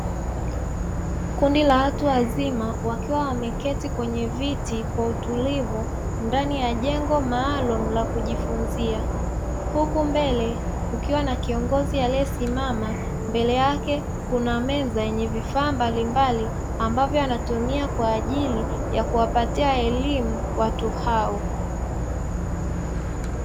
Kundi la watu wazima, wakiwa wameketi kwenye viti kwa utulivu ndani ya jengo maalumu la kujifunzia, huku mbele kukiwa na kiongozi aliyesimama, mbele yake kuna meza yenye vifaa mbalimbali ambavyo anatumia kwa ajili ya kuwapatia elimu watu hao.